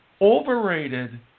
overrated